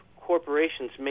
corporations